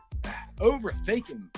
overthinking